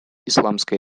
исламской